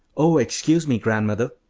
oh, excuse me, grandmother,